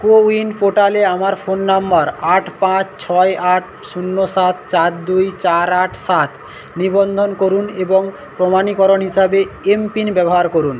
CoWIN পোর্টালে আমার phone number আট পাঁচ ছয় আট শূন্য সাত চার দুই চার আট সাত নিবন্ধন করুন এবং প্রমাণীকরণ হিসাবে এম পিন ব্যবহার করুন